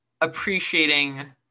appreciating